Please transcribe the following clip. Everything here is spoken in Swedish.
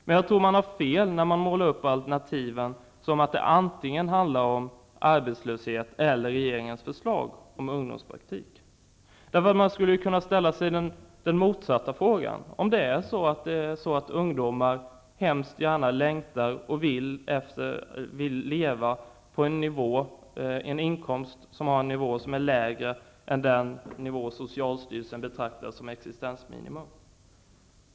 Men jag tror att man har fel när man målar upp alternativen som att det antingen handlar om arbetslöshet eller regeringens förslag om ungdomspraktik. Man skulle kunna ställa sig den motsatta frågan, nämligen om ungdomar väldigt gärna vill leva på en inkomstnivå som är lägre än den som socialstyrelsen betraktar som existensminimum.